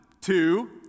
two